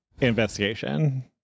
investigation